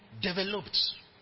developed